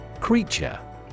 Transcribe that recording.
Creature